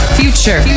future